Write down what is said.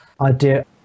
idea